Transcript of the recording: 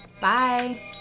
Bye